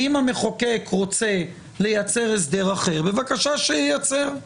ואם המחוקק רוצה לייצר הסדר אחר, בבקשה שייצר.